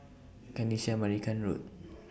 Kanisha Marican Road